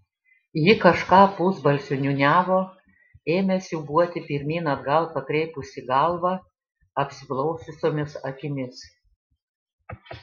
ji kažką pusbalsiu niūniavo ėmė siūbuoti pirmyn atgal pakreipusi galvą apsiblaususiomis akimis